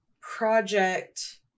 project